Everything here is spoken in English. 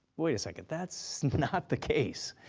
wait a second, that's not the case.